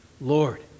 Lord